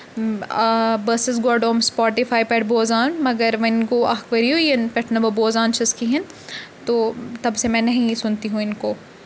بہٕ ٲسٕس گۄڈٕ أمۍ سپاٹِفاے پٮ۪ٹھ بوزان مگر وۄنۍ گوٚو اَکھ ؤریو ینہٕ پٮ۪ٹھ نہٕ بہٕ بوزان چھَس کِہیٖنۍ تو تَب سے مےٚ نَہیں یہ سُنتی ہوں اِن کو